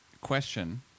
question